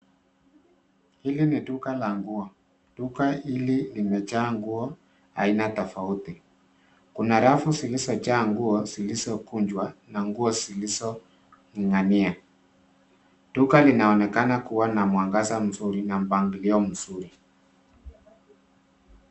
Hili ni duka la nguo. Duka hili limejaa nguo aina tofauti. Kuna rafu zilizojaa nguo zilizokunjwa na nguo zilizoning'inia. Duka linaonekana kuwa na mwangaza mzuri na mpangilio mzuri.